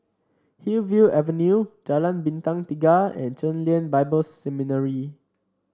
Hillview Avenue Jalan Bintang Tiga and Chen Lien Bible Seminary